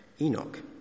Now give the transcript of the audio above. Enoch